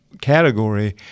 category